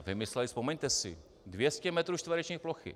Vymysleli vzpomeňte si 200 metrů čtverečních plochy.